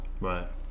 right